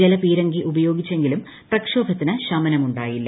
ജലപീരങ്കി ഉപയോഗിച്ചെങ്കിലും പ്രക്ഷോഭത്തിന് ശമനമുണ്ടായില്ല